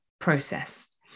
process